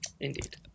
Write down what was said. Indeed